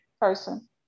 person